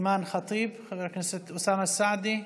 אימאן ח'טיב, חבר הכנסת אוסאמה סעדי.